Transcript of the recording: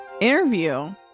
interview